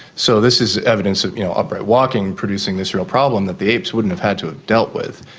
so this is evidence of you know upright walking producing this real problem that the apes wouldn't have had to have dealt with.